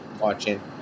watching